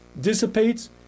dissipates